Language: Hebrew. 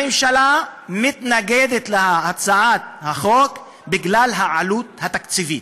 הממשלה מתנגדת להצעת החוק בגלל העלות התקציבית